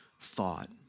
thought